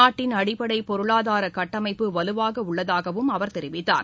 நாட்டின் அடிப்படை பொருளாதார கட்டமைப்பு வலுவாக உள்ளதாகவும் அவர் தெரிவித்தார்